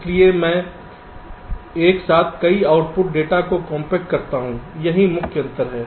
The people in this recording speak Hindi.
इसलिए मैं एक साथ कई आउटपुट डेटा को कॉम्पैक्ट करता हूं यही मुख्य अंतर है